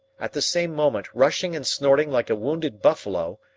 at the same moment, rushing and snorting like a wounded buffalo,